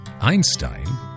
Einstein